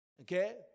Okay